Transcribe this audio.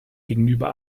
gegenüber